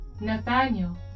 Nathaniel